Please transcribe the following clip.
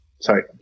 Sorry